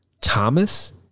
Thomas